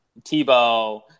Tebow